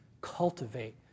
cultivate